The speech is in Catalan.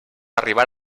arribar